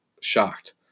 shocked